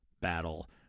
battle